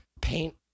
paint